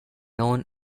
known